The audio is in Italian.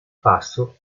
passo